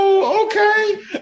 Okay